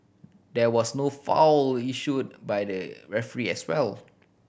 there was no foul issued by the referee as well